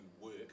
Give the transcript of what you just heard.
work